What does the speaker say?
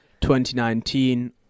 2019